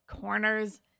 corners